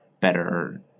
better